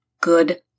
good